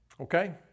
Okay